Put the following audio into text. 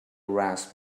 rasp